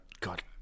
God